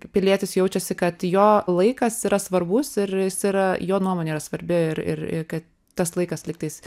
pilietis jaučiasi kad jo laikas yra svarbus ir jis yra jo nuomonė yra svarbi ir ir ir kad tas laikas lygtais